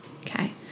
Okay